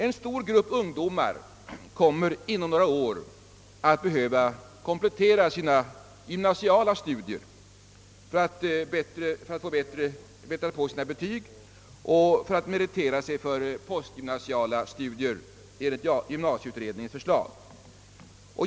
En stor grupp ungdomar kommer inom några år att behöva komplettera sina gymnasiala studier för att i enlighet mer gymnasieutredningens förslag bättra på sina betyg och meritera sig för postgymnasiala studier.